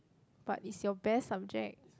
but is your best subject